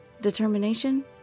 Determination